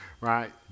right